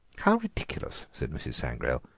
how ridiculous! said mrs. sangrail.